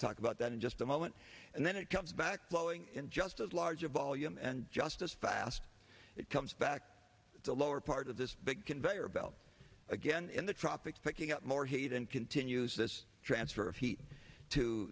down talk about that in just a moment and then it comes back blowing in just as large a volume and just as fast it comes back the lower part of this big conveyor belt again in the tropics picking up more heat and continues this transfer of heat to